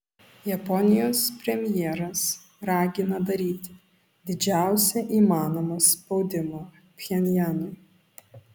japonijos premjeras ragina daryti didžiausią įmanomą spaudimą pchenjanui